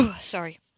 Sorry